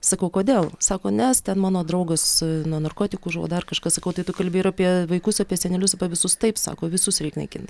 sakau kodėl sako nes ten mano draugas nuo narkotikų žuvo dar kažkas sakau tai tu kalbėji ir apie vaikus apie senelius visus taip sako visus reik naikint